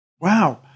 Wow